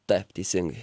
taip teisingai